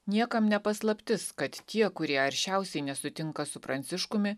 niekam ne paslaptis kad tie kurie aršiausiai nesutinka su pranciškumi